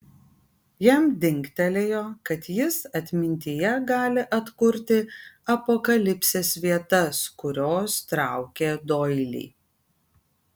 jam dingtelėjo kad jis atmintyje gali atkurti apokalipsės vietas kurios traukė doilį